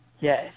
Yes